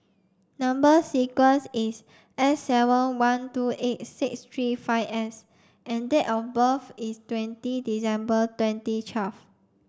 number sequence is S seven one two eight six three five S and date of birth is twenty December twenty twelve